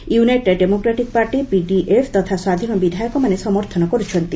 United democratic party PDF ତଥା ସ୍ୱାଧୀନ ବିଧାୟକମାନେ ସମର୍ଥନ କରୁଛନ୍ତି